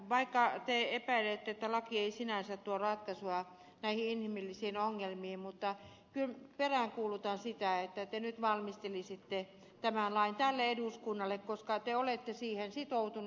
vaikka te epäilette että laki ei sinänsä tuo ratkaisua näihin inhimillisiin ongelmiin niin peräänkuulutan sitä että te nyt valmistelisitte tämän lain tälle eduskunnalle koska te olette siihen sitoutunut